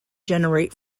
generate